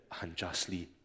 unjustly